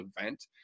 event